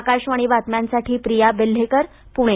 आकाशवाणी बातम्यांसाठी प्रिया बेल्हेकर पुणे